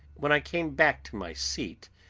when i came back to my seat,